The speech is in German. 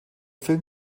film